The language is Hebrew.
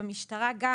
במשטרה גם,